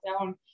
down